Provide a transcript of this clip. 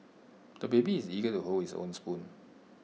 the baby is eager to hold his own spoon